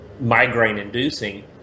migraine-inducing